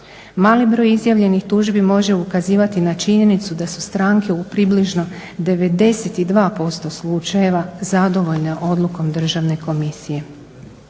Mali broj izjavljenih tužbi može ukazivati na činjenicu da su stranke u približno 92% slučajeva zadovoljne odlukom Državne komisije.